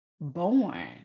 born